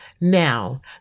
Now